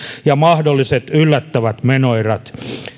ja mahdolliset yllättävät menoerät